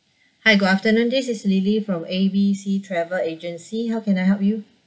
hi good afternoon this is lily from A B C travel agency how can I help you